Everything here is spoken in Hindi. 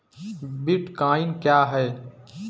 बिटकॉइन क्या है?